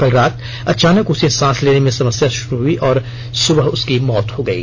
कल रात अचानक उसे सांस लेने में समस्या शुरू हुई और सुबह उसकी मौत हो गयी